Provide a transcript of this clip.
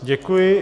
Děkuji.